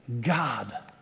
God